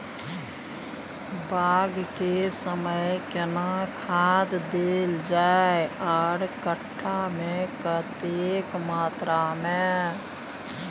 बाग के समय केना खाद देल जाय आर कट्ठा मे कतेक मात्रा मे?